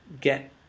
get